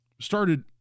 started